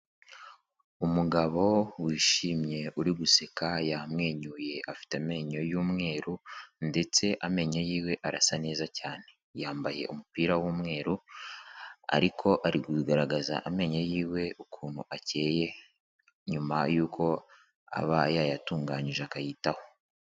Umugabo wishimye uri guseka, yamwenyuye, afite amenyo y'umweru ndetse amenyo yiwe arasa neza cyane. Yambaye umupira w'umweru ariko ari kugaragaza amenyo yiwe ukuntu acyeye, nyuma yuko aba yayatunganyije akayitaho.